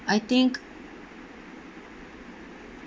I think